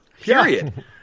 period